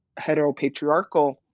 heteropatriarchal